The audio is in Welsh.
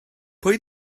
pwy